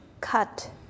cut